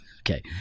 Okay